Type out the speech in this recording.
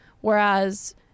whereas